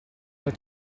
alla